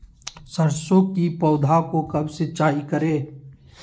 सरसों की पौधा को कब सिंचाई करे?